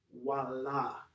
voila